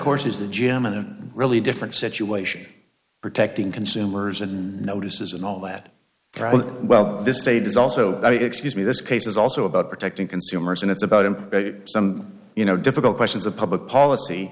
course is the gym in a really different situation protecting consumers and notices and all that well this state is also i excuse me this case is also about protecting consumers and it's about in some you know difficult questions of public policy